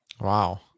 Wow